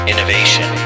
Innovation